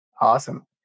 Awesome